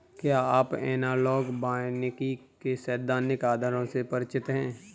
क्या आप एनालॉग वानिकी के सैद्धांतिक आधारों से परिचित हैं?